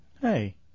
Hey